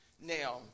Now